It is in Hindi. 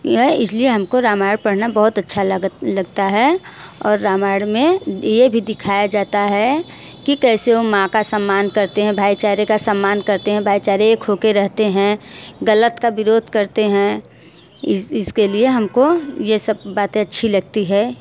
यह इस लिए हम को रामायण पढ़ना बहुत अच्छा लग लगता है और रामायण में ये भी दिखया जाता है कि कैसे वो माँ का सम्मान करते हैं भाई चारे का सम्मान करते हैं भाई चार एक हो कर रहते हैं ग़लत का विरोध करते हैं इस इस के लिए हम को ये सब बातें अच्छी लगती हैं